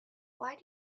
why